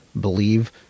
believe